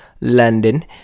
London